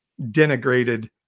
denigrated